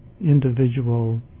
individual